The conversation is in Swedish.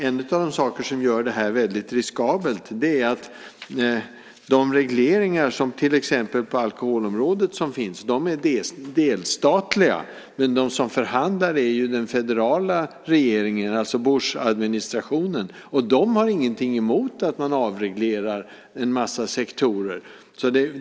En av de saker som gör det här så riskabelt är att de regleringar som finns till exempel på alkoholområdet är delstatliga. Men den som förhandlar är den federala regeringen, det vill säga Bushadministrationen. Den har ingenting emot att man avreglerar en massa sektorer.